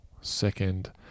second